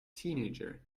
teenager